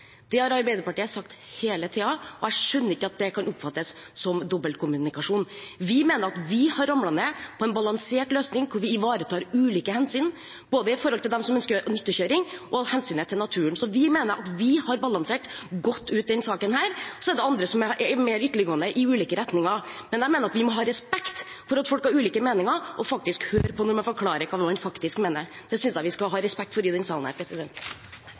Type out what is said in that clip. Det har Arbeiderpartiet sagt hele tiden, og jeg skjønner ikke at det kan oppfattes som dobbeltkommunikasjon. Vi mener at vi har ramlet ned på en balansert løsning, der vi ivaretar ulike hensyn – både hensynet til dem som ønsker nyttekjøring, og hensynet til naturen. Vi mener at vi har balansert denne saken godt. Så er det andre som er mer ytterliggående i ulike retninger. Men jeg mener at vi må ha respekt for at folk har ulike meninger, og faktisk høre på når man forklarer hva man mener. Det synes jeg man skal ha respekt for i denne salen.